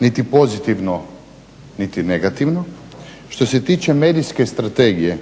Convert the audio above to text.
niti pozitivno niti negativno. Što se tiče medijske strategije